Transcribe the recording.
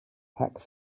pack